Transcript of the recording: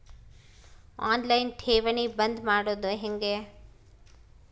On line ಠೇವಣಿ ಬಂದ್ ಮಾಡೋದು ಹೆಂಗೆ?